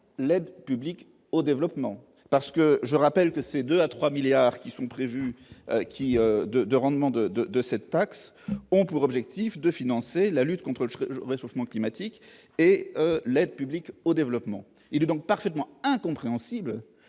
l'aide publique au développement, parce que je rappelle que ces 2 à 3 milliards qui sont prévues, qui de de rendement de de de cette taxe ont pour objectif de financer la lutte contre le choix réchauffement climatique et l'aide publique au développement, il est donc parfaitement incompréhensible